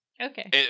Okay